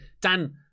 Dan